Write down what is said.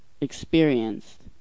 Experienced